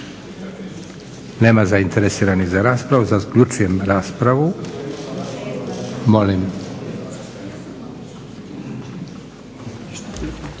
Nema zainteresiranih za raspravu. Zaključujem raspravu. Molim,